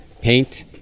paint